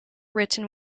written